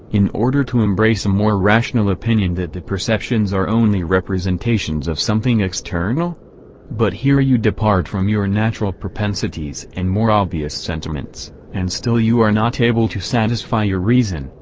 in order to embrace a more rational opinion that the perceptions are only representations of something external but here you, depart from your natural propensities and more obvious sentiments and' and still you, are not able to satisfy your reason,